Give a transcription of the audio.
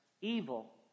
evil